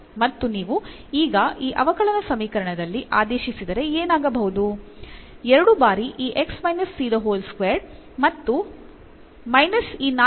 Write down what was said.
ಮತ್ತು ನಾವು ಈಗ ಈ ಅವಕಲನ ಸಮೀಕರಣದಲ್ಲಿ ಆದೇಶಿಸಿದರೆ ಏನಾಗಬಹುದು ಎರಡು ಬಾರಿ ಈ ಮತ್ತು ಮೈನಸ್ ಈ ನಾಲ್ಕು ಪಟ್ಟು ಈ